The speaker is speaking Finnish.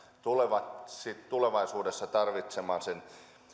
tulevat sitten tulevaisuudessa tarvitsemaan sen